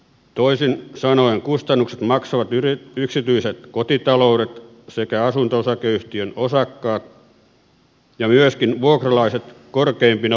toisin sanoen kustannukset maksavat yksityiset kotitaloudet sekä asunto osakeyhtiöiden osakkaat ja myöskin vuokralaiset korkeampina vuokrina